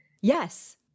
Yes